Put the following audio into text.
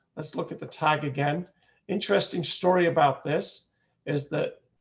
let's look at the tag again interesting story about this is that